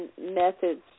methods